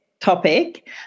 topic